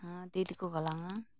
ᱛᱤ ᱛᱮᱠᱚ ᱜᱟᱞᱟᱝᱼᱟ